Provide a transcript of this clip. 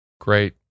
Great